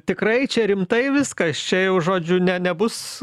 tikrai čia rimtai viskas čia jau žodžiu ne nebus